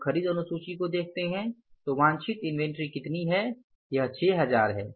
हम खरीद अनुसूची को देखते है तो वांछित इन्वेंट्री कितनी है यह 6000 है